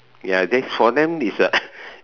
ya this for them is a